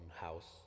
house